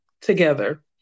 together